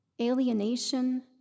alienation